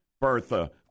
Bertha